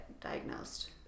diagnosed